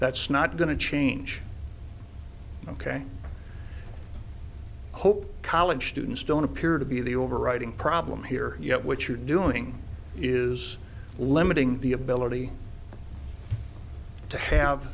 that's not going to change ok hope college students don't appear to be the overriding problem here yet what you're doing is limiting the ability to have